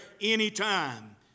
anytime